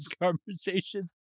conversations